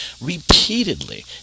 Repeatedly